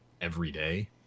everyday